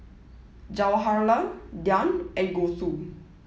Jawaharlal Dhyan and Gouthu